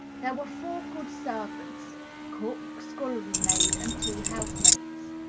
there were four good servants cook, scullery maid, and two housemaids.